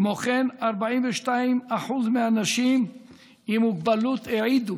כמו כן, 42% מהאנשים עם מוגבלות העידו